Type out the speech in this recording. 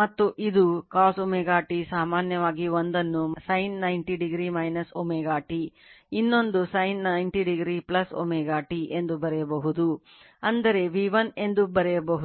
ಮತ್ತು ಇದು cos ω t ಸಾಮಾನ್ಯವಾಗಿ ಒಂದನ್ನು sin 90o ω t ಇನ್ನೊಂದು sin 90o ω t ಎಂದು ಬರೆಯಬಹುದು ಅಂದರೆ V1 ಎಂದು ಬರೆಯಬಹುದು